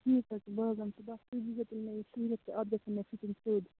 ٹھیٖک حظ چھُ بہٕ حظ اَنہٕ صُبَحس تُہۍ دِیٖزیو تیٚلہِ مےٚ یہِ شریٖتھ تہٕ اَتھ گژھن مےٚ فِٹِنگ سیوٚد